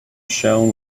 shone